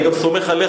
אני גם סומך עליך.